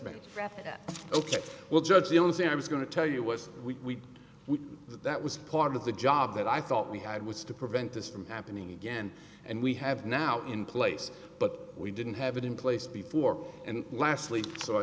breath ok well judge the only thing i was going to tell you was we we that was part of the job that i thought we had was to prevent this from happening again and we have now in place but we didn't have it in place before and lastly so i